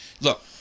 look